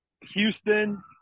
Houston